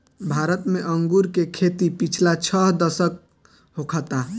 भारत में अंगूर के खेती पिछला छह दशक होखता